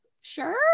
sure